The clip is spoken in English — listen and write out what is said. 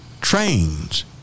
trains